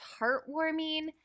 heartwarming